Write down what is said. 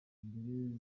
mbere